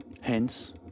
Hence